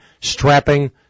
strapping